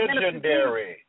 Legendary